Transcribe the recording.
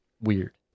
weird